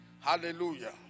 Hallelujah